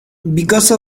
because